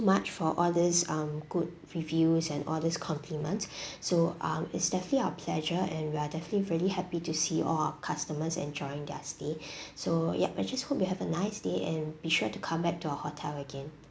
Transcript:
much for all these um good reviews and all these compliments so um it's definitely our pleasure and we are definitely really happy to see all our customers enjoying their stay so yup I just hope you have a nice day and be sure to come back to our hotel again